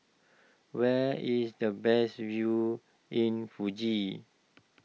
where is the best view in Fuji